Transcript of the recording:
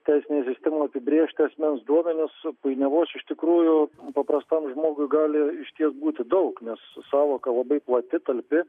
teisinė sistema apibrėžti asmens duomenis su painiavos iš tikrųjų paprastam žmogui gali išties būti daug nes sąvoka labai plati talpi